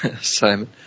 Simon